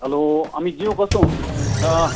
hello अमितज्यू कस्तो हुनुहुन्छ